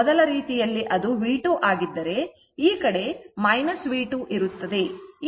ಮೊದಲ ರೀತಿಯಲ್ಲಿ ಅದು V2 ಆಗಿದ್ದರೆ ಈ ಕಡೆ V2 ಇರುತ್ತದೆ